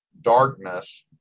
Darkness